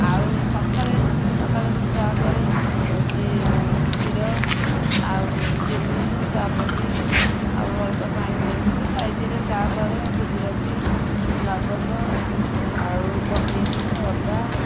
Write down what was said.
ଆଉ ସଖାଳେ ସକାଳେ ମୁଁ ଚା କରେ ହଉଛି କ୍ଷୀର ଆଉ ଚିନି ଚାପତି ଆଉ ଅଳ୍ପ ପାଣି ଦେଇକିନି ସାଇଜରେ ଚା କରେ ଗୁଜୁରାତି ନବଙ୍ଗ ଆଉ ପକେଇକିନି ଅଦା